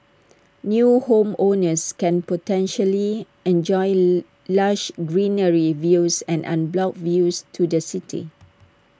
new homeowners can potentially enjoy lush greenery views and unblocked views to the city